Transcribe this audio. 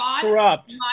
Corrupt